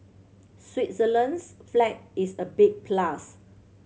Switzerland's flag is a big plus